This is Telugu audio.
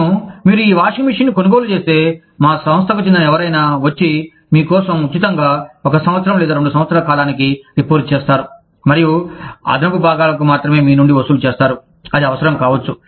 నేను మీరు ఈ వాషింగ్ మెషీన్ను కొనుగోలు చేస్తే మా సంస్థకు చెందిన ఎవరైనా వచ్చి మీ కోసం ఉచితంగా ఒక సంవత్సరం లేదా రెండు సంవత్సరాల కాలానికి రిపేర్ చేస్తారు మరియు అదనపు భాగాలకు మాత్రమే మీ నుండి వసూలు చేస్తారు అది అవసరం కావచ్చు